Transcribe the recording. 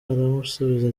aramusubiza